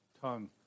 tongue